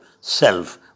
self